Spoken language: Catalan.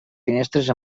finestres